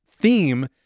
theme